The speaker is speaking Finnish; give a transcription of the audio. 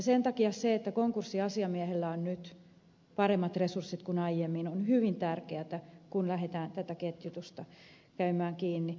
sen takia se että konkurssiasiamiehellä on nyt paremmat resurssit kuin aiemmin on hyvin tärkeätä kun lähdetään tähän ketjutukseen käymään kiinni